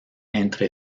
entre